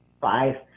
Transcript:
five